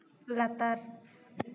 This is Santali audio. ᱞᱟᱛᱟᱨ